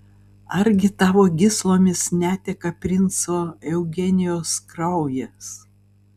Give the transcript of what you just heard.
argi tavo gyslomis neteka princo eugenijaus kraujas